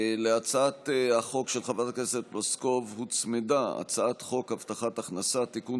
להצעת החוק של חברת הכנסת פלוסקוב הוצמדה הצעת חוק הבטחת הכנסה (תיקון,